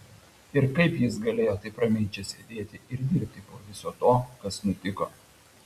ir kaip jis galėjo taip ramiai čia sėdėti ir dirbti po viso to kas nutiko